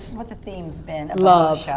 what the theme's been. love,